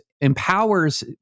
empowers